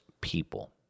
people